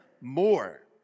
more